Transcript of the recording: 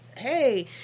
hey